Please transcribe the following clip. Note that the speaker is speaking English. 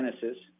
Genesis